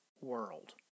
world